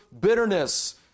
bitterness